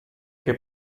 che